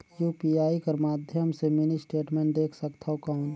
UPI कर माध्यम से मिनी स्टेटमेंट देख सकथव कौन?